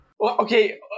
Okay